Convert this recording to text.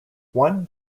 one